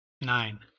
nine